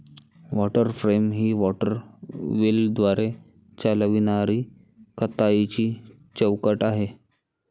water frame ही water व्हीलद्वारे चालविणारी कताईची चौकट आहे